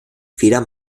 feder